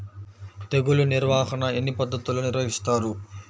తెగులు నిర్వాహణ ఎన్ని పద్ధతుల్లో నిర్వహిస్తారు?